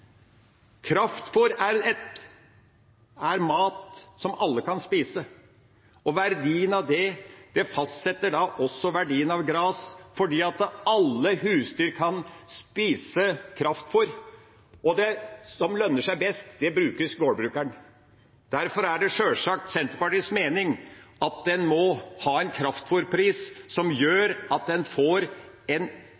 er mat som alle kan spise. Verdien av det fastsetter også verdien av gras. Alle husdyr kan spise kraftfôr, og det som lønner seg best, gjør gårdbrukeren. Derfor er det sjølsagt Senterpartiets mening at en må ha en kraftfôrpris som gjør at en får en økonomi i grasproduksjonen som